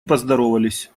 поздоровались